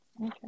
Okay